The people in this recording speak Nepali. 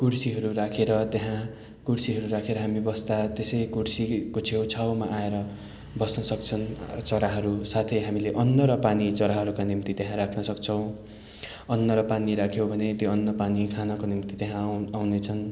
कुर्सीहरू राखेर त्यहाँ कुर्सीहरू राखेर हामी बस्दा त्यसै कुर्सीको छेउछाउमा आएर बस्न सक्छन् चराहरू साथै हामीले अन्न र पानी चराहरूका निम्ति त्यहाँ राख्न सक्छौँ अन्न र पानी राख्यौँ भने त्यो अन्न पानी खानको निम्ति त्यहाँ आउ आउने छन्